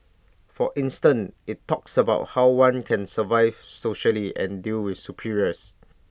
for instance IT talks about how one can survive socially and deal with superiors